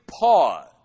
pause